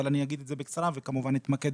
אבל אני אגיד את זה בקצרה וכמובן אתמקד